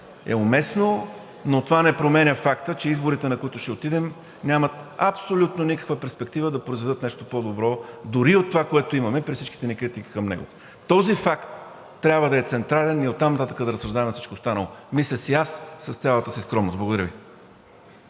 е уместно, но това не променя факта, че изборите, на които ще отидем, нямат абсолютно никаква перспектива да произведат нещо по-добро дори и от това, което имаме, при всичките ни критики към него. Този факт трябва да е централен и оттам нататък да разсъждаваме за всичко останало, мисля си аз, с цялата си скромност. Благодаря Ви.